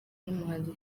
n’umuhanzi